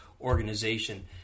organization